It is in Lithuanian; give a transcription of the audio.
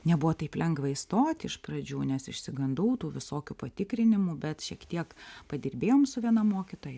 nebuvo taip lengva įstoti iš pradžių nes išsigandau tų visokių patikrinimų bet šiek tiek padirbėjom su viena mokytoja